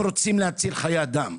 אם רוצים להציל חיי אדם,